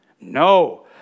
No